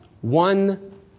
One